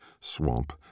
swamp